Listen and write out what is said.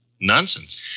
Nonsense